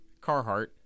Carhartt